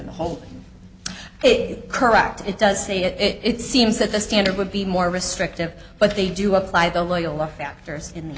in the whole it correct it does say it it seems that the standard would be more restrictive but they do apply the loyalest factors in